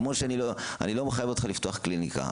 כמו שאני לא מחייב אותך לפתוח קליניקה,